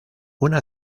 una